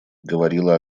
говорила